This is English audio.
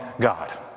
God